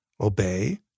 obey